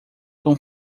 com